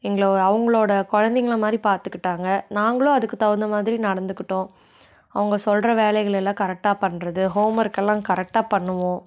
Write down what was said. எங்களை அவங்களோட குழந்தைங்கள மாதிரி பார்த்துக்கிட்டாங்க நாங்களும் அதுக்கு தகுந்த மாதிரி நடந்துக்கிட்டோம் அவங்க சொல்கிற வேலைகள் எல்லாம் கரெக்டாக பண்ணுறது ஹோம்ஒர்க் எல்லாம் கரெக்டாக பண்ணுவோம்